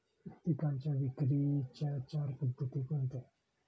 पिकांच्या विक्रीच्या चार पद्धती कोणत्या?